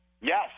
Yes